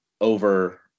over